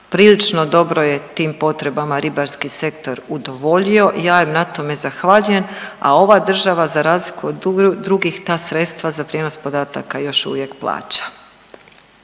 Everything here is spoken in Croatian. Prilično dobro je tim potrebama ribarski sektor udovoljio. Ja im na tome zahvaljujem, a ova država za razliku od drugih ta sredstva za prijenos podataka još uvijek plaća.